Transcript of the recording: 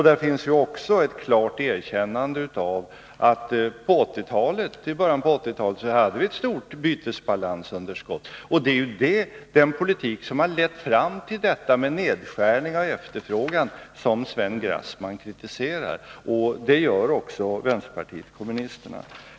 Där finns också ett klart erkännande av att vi i början av 1980-talet hade ett stort bytesbalansunderskott. Det är den politik som har lett fram till detta — med nerskärningar av efterfrågan — som Sven Grassman kritiserat. Det gör också vänsterpartiet kommunisterna.